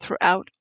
throughout